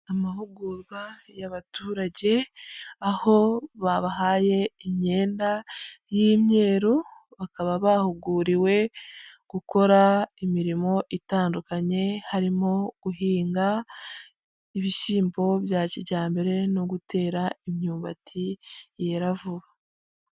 Amahugurwa y'abaturage aho babahaye imyenda y'imyeru bakaba bahuguriwe gukora imirimo itandukanye harimo; guhinga ibishyimbo bya kijyambere no gutera imyumbati yera vuba.